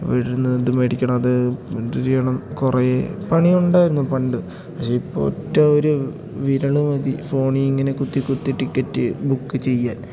ഇവിടെ നിന്ന് ഇത് മേടിക്കണം അത് എന്ത് ചെയ്യണം കുറേ പണിയുണ്ടായിരുന്നു പണ്ട് പക്ഷേ ഇപ്പോൾ ഒറ്റ ഒരു വിരൽ മതി ഫോണിങ്ങനെ കുത്തി കുത്തി ടിക്കറ്റ് ബുക്ക് ചെയ്യാൻ